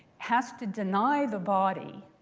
has to deny the body.